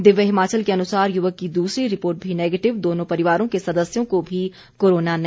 दिव्य हिमाचल के अनुसार युवक की दूसरी रिपोर्ट भी नेगेटिव दोनों परिवारों के सदस्यों को भी कोरोना नहीं